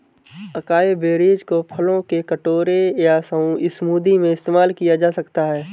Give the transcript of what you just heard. acai berries को फलों के कटोरे या स्मूदी में इस्तेमाल किया जा सकता है